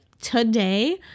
today